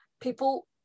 People